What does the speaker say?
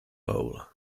role